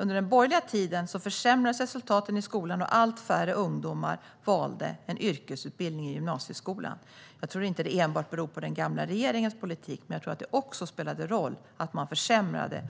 Under den borgerliga tiden försämrades resultaten i skolan, och allt färre ungdomar valde en yrkesutbildning i gymnasieskolan. Jag tror inte att det enbart beror på den gamla regeringens politik, men jag tror att det spelade roll att man försämrade